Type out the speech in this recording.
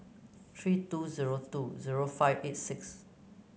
three two zero two zero five eight six